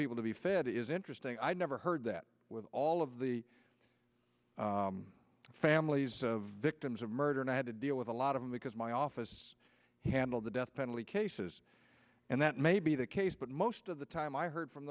people to be fed is interesting i never heard that with all of the families of victims of murder and i had to deal with a lot of them because my office handled the death penalty cases and that may be the case but most of the time i heard from